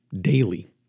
daily